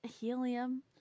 helium